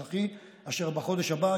אסיים: חבר הכנסת גפני וחבר הכנסת ליצמן